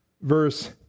verse